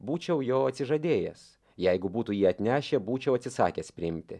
būčiau jo atsižadėjęs jeigu būtų jį atnešę būčiau atsisakęs priimti